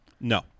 No